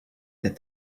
that